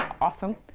awesome